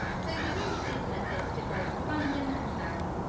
so we use this method to grow corundum and beryl,